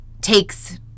takes